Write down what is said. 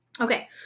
Okay